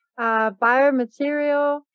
biomaterial